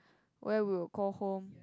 where we'll call home